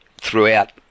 throughout